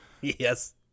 Yes